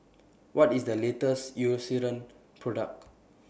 What IS The latest Eucerin Product